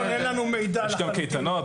יש גם קייטנות.